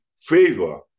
favor